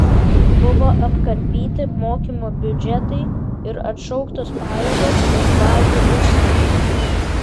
buvo apkarpyti mokymo biudžetai ir atšauktos pajėgos iš bazių užsienyje